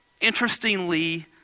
interestingly